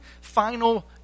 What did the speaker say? final